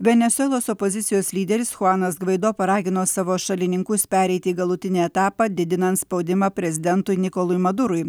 venesuelos opozicijos lyderis chuanas gvaido paragino savo šalininkus pereiti į galutinį etapą didinant spaudimą prezidentui nikolui madurui